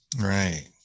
Right